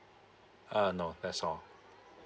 uh no that's all